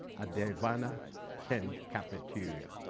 at the havana kin cafeteria.